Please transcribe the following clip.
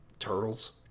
turtles